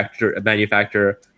manufacturer